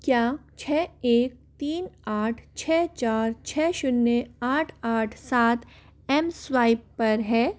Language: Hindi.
क्या छः एक तीन आठ छः चार छः शून्य आठ आठ सात एम स्वाइप पर है